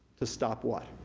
to stop what?